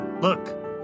Look